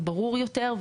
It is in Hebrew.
ברור יותר,